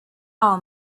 all